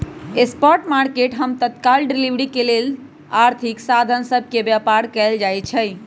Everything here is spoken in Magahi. स्पॉट मार्केट हम तत्काल डिलीवरी के लेल आर्थिक साधन सभ के व्यापार कयल जाइ छइ